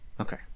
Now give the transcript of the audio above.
Okay